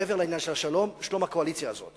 מעבר לעניין של השלום, שלום הקואליציה הזאת